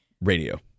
radio